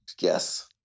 Yes